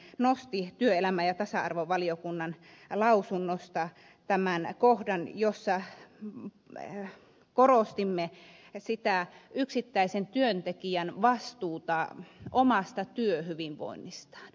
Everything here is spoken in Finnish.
anneli kiljunen nosti työelämä ja tasa arvovaliokunnan lausunnosta tämän kohdan jossa korostimme yksittäisen työntekijän vastuuta omasta työhyvinvoinnistaan